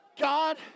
God